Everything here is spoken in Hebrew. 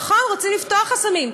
נכון, רוצים לפתוח חסמים,